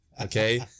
okay